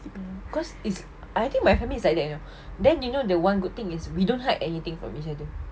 mm cause is I think my family is like that you know then you know the one good thing is we don't hide anything from each other